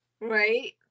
Right